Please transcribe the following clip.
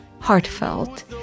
Heartfelt